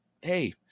hey